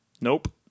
Nope